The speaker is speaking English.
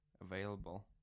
available